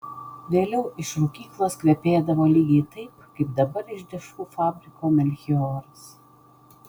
vėliau iš rūkyklos kvepėdavo lygiai taip kaip dabar iš dešrų fabriko melchioras